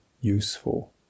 useful